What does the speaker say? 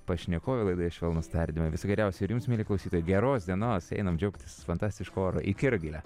pašnekovė laidoje švelnūs tardymai viso geriausio ir jums mieli klausytojai geros dienos einam džiaugtis fantastišku oru iki rugile